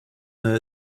their